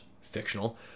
fictional